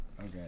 Okay